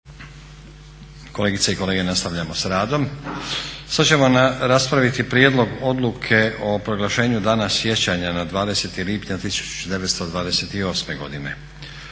Kolegice i kolege nastavljamo s radom. Sada ćemo raspraviti: - Prijedlog odluke o proglašenju Dana sjećanja na 20. lipnja 1928.godine